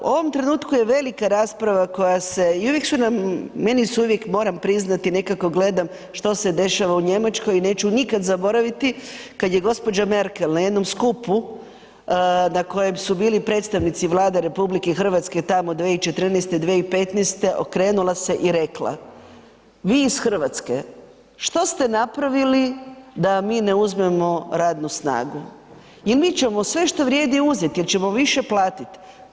U ovom trenutku je velika rasprava koja se i meni se uvijek moram priznati nekako gledam što se dešava u Njemačkoj i neću nikada zaboraviti kada je gospođa Merkel na jednom skupu na kojem su bili predstavnici Vlade RH tamo 2014., 2015. okrenula se i rekla, vi iz Hrvatske što ste napravili da vam mi ne uzmemo radnu jel mi sve što vrijedi uzeti jel ćemo više platiti?